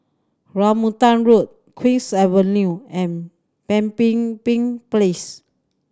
Rambutan Road Queen's Avenue and Pemimpin Bin Place